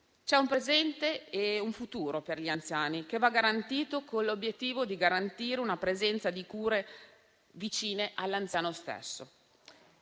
C'è un presente e un futuro per gli anziani, che va garantito con l'obiettivo di assicurare una presenza di cure vicine all'anziano stesso.